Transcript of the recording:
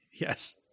Yes